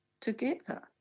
together